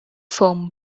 foam